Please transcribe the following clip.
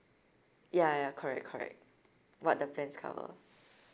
ya ya correct correct what the plans cover